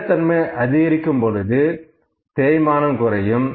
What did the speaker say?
கடினத் தன்மை அதிகரிக்கும் பொழுது தேய்மானம் குறையும்